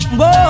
whoa